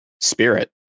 spirit